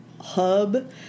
hub